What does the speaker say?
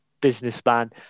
businessman